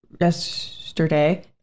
Yesterday